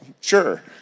sure